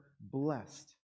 blessed